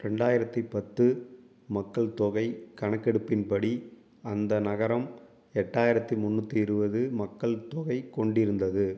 ரெண்டாயிரத்து பத்து மக்கள்தொகை கணக்கெடுப்பின்படி அந்த நகரம் எட்டாயிரத்து முந்நூற்றி இருபது மக்கள் தொகை கொண்டிருந்தது